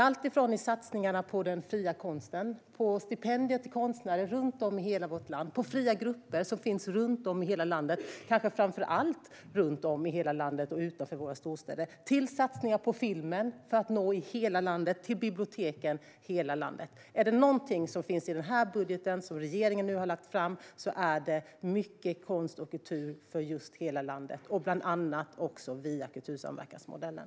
Det är satsningar på den fria konsten och på stipendier till konstnärer runt om i hela vårt land. Det är satsningar på fria grupper, som kanske framför allt finns runt om i hela landet och utanför våra storstäder. Det är satsningar på film för att den ska nå hela landet, och det är satsningar på biblioteken i hela landet. Är det någonting som finns i den budget som regeringen nu har lagt fram är det mycket konst och kultur för just hela landet, bland annat via kultursamverkansmodellen.